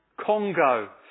Congo